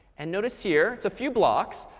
and notice here it's few blocks,